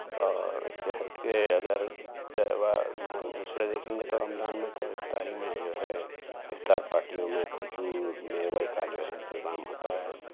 اور اس سے ہٹ کے اگر تہوار دوسرا دیکھیں گے تو رمضان میں تو افطاری میں جو ہے افطار پارٹیوں میں کھجور میوے کا جو ہے انتظام ہوتا ہے